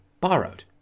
borrowed